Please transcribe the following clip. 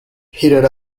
heated